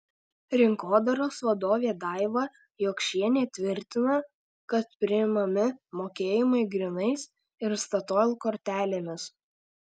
rinkodaros vadovė daiva jokšienė tvirtina kad priimami mokėjimai grynais ir statoil kortelėmis